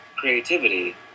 creativity